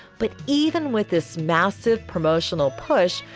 but even with this massive promotional push.